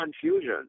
confusion